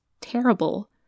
terrible